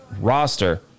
roster